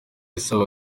isaba